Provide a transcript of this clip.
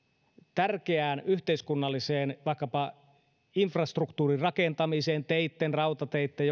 tärkeään yhteiskunnalliseen vaikkapa infrastruktuurin rakentamiseen teitten rautateitten